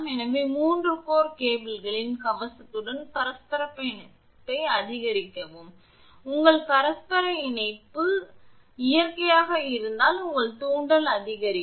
எனவே 3 கோர் கேபிளின் கவசத்துடன் பரஸ்பர இணைப்பை அதிகரிக்கவும் ஏனென்றால் உங்களுக்கு பரஸ்பர இணைப்பு உள்ளது மற்றும் பரஸ்பர இணைப்பு இயற்கையாக இருந்தால் உங்கள் தூண்டல் அதிகரிக்கும்